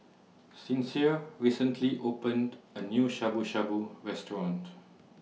Sincere recently opened A New ShabuShabu Restaurant